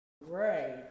Right